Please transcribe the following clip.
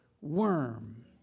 worm